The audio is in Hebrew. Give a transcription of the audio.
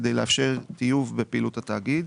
כדי לאפשר טיוב בפעילות התאגיד.